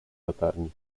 latarni